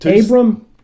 Abram